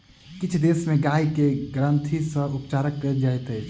किछ देश में गाय के ग्रंथिरसक उपचार कयल जाइत अछि